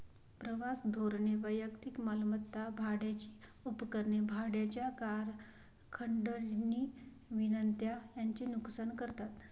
प्रवास धोरणे वैयक्तिक मालमत्ता, भाड्याची उपकरणे, भाड्याच्या कार, खंडणी विनंत्या यांचे नुकसान करतात